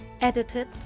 Edited